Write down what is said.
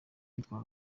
itwara